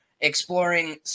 exploring